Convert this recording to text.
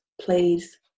please